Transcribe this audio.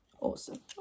awesome